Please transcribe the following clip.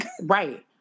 Right